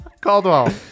Caldwell